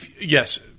Yes